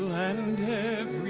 and